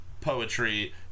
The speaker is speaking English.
poetry